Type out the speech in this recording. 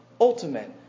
ultimate